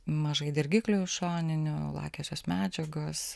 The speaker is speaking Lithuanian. mažai dirgiklių šoninių lakiosios medžiagos